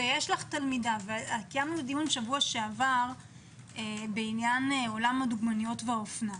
קיימנו דיון בשבוע שעבר בעניין עולם הדוגמיות והאופנה.